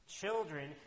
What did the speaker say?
Children